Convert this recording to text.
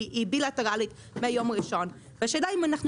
היא בילטרלית מהיום הראשון והשאלה אם אנחנו